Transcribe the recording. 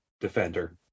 defender